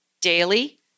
daily